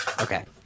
Okay